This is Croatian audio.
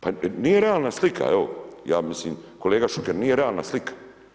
Pa nije realna slika, evo ja mislim kolega Šuker nije realna slika.